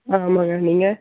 ஆ ஆமாங்க நீங்கள்